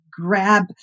grab